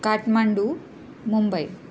Kathmandu Mumbai